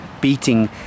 beating